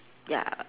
ya